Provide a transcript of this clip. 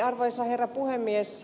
arvoisa herra puhemies